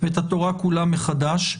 ואת התורה כולה מחדש.